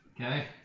Okay